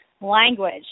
language